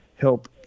help